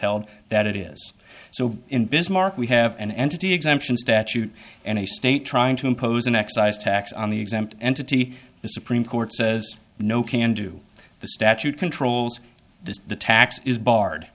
held that it is so in bismarck we have an entity exemption statute and a state trying to impose an excise tax on the exempt entity the supreme court says no can do the statute controls this tax is barred